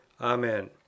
Amen